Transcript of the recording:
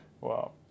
Wow